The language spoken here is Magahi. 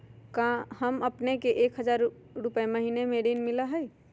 हां अपने के एक हजार रु महीने में ऋण मिलहई?